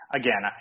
again –